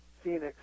Phoenix